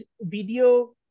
video